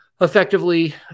effectively